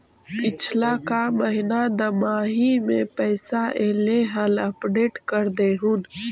पिछला का महिना दमाहि में पैसा ऐले हाल अपडेट कर देहुन?